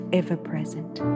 ever-present